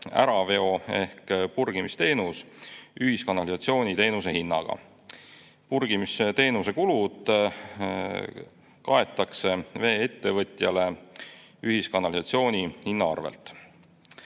äraveo‑ ehk purgimisteenus ühiskanalisatsiooniteenuse hinnaga. Purgimisteenuse kulud kaetakse vee-ettevõtjale ühiskanalisatsiooni hinna arvel.